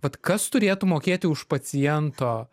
vat kas turėtų mokėti už paciento